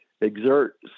exert